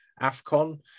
AFCON